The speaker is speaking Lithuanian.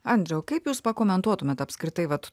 andriau kaip jūs pakomentuotumėt apskritai vat